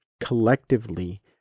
collectively